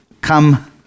come